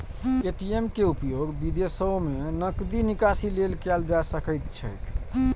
ATM के उपयोग विदेशो मे नकदी निकासी लेल कैल जा सकैत छैक